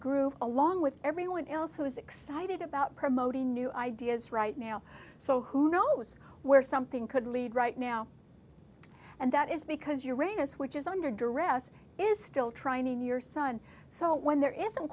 groove along with everyone else who is excited about promoting new ideas right now so who knows where something could lead right now and that is because your anus which is under duress is still trying in your son so when there isn't